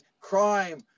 crime